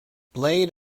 blade